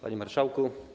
Panie Marszałku!